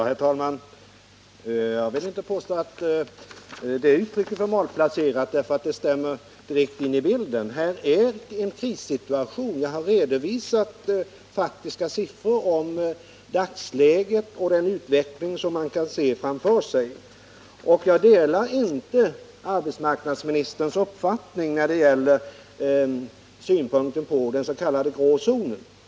Herr talman! Jag vill inte påstå att det uttrycket är malplacerat. Det stämmer direkt in i bilden. Här är det fråga om en krissituation. Jag har redovisat faktiska siffror om dagsläget och den utveckling som man kan se framför sig. Jag delar inte arbetsmarknadsministerns synpunkter på den s.k. grå zonen.